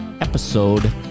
episode